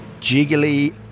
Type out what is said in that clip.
jiggly